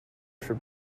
for